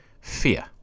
Fear